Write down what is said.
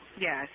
Yes